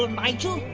um nigel,